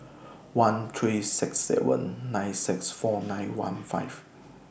one three six seven nine six four nine one five